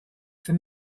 for